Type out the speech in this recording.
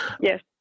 Yes